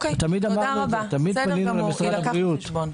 ותמיד אמרנו את זה, תמיד פנינו למשרד הבריאות.